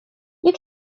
you